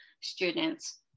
students